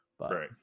Right